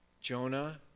Jonah